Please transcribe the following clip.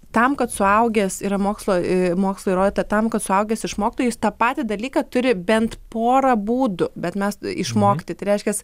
tam kad suaugęs yra mokslo mokslo įrodyta tam kad suaugęs išmoktų jis tą patį dalyką turi bent porą būdų bet mes išmokti tai reiškias